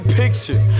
picture